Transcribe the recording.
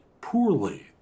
poorly